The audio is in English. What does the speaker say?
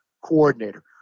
coordinator